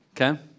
okay